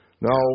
Now